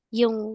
yung